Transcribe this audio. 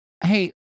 Hey